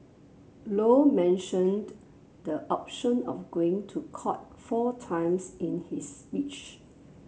low mentioned the option of going to court four times in his speech